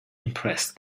impressed